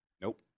Nope